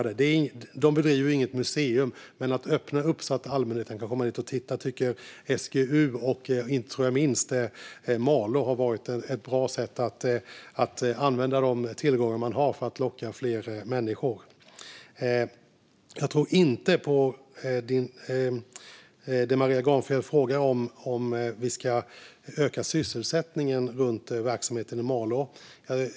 De bedriver inget museum, men att öppna upp så att allmänheten kan komma dit och titta tycker SGU och - inte minst, tror jag - Malå har varit ett bra sätt att använda de tillgångar man har för att locka fler människor dit. Jag tror inte på det Maria Gardfjell frågar om gällande att öka sysselsättningen runt verksamheten i Malå.